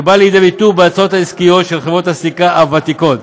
שבא לידי ביטוי בהצעות העסקיות של חברות הסליקה הוותיקות,